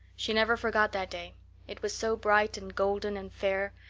she never forgot that day it was so bright and golden and fair,